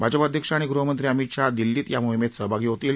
भाजप अध्यक्ष आणि गृहमंत्री अमित शहा दिल्लीत या मोहिमेत सहभागी होतील